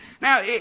Now